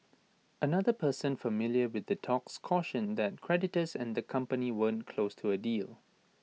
another person familiar with the talks cautioned that creditors and the company weren't close to A deal